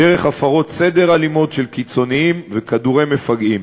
דרך הפרות סדר אלימות של קיצוניים וכדורי מפגעים.